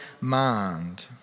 mind